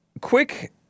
Quick